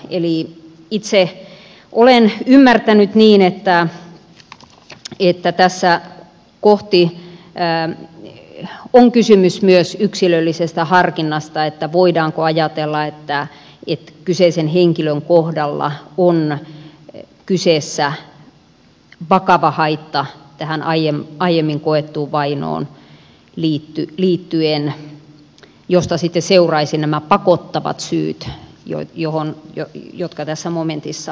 eli itse olen ymmärtänyt niin että tässä kohti on kysymys myös yksilöllisestä harkinnasta sen suhteen voidaanko ajatella että kyseisen henkilön kohdalla on kyseessä vakava haitta tähän aiemmin koettuun vainoon liittyen mistä sitten seuraisivat nämä pakottavat syyt jotka tässä momentissa mainitaan